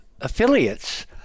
affiliates